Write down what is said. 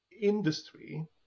industry